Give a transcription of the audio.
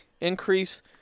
increase